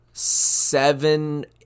seven